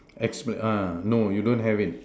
asthma ah no you don't have it